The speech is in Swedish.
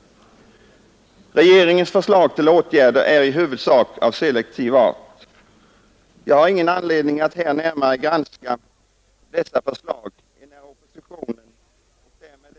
Regeringens förslag till åtgärder är i huvudsak av selektiv art. Jag har ingen anledning att här närmare granska dessa förslag, enär oppositionen och därmed det parti jag företräder accepterar dessa åtgärder såsom nödvändiga i nuvarande konjunkturläge.